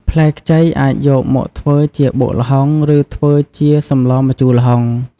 ផ្លែខ្ចីអាចយកមកធ្វើជាបុកល្ហុង ឬធ្វើជាសម្លម្ជូរល្ហុង។